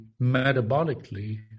metabolically